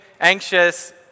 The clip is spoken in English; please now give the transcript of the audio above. anxious